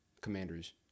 commanders